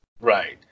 right